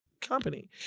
company